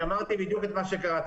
אמרתי בדיוק את מה שקרה.